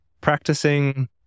practicing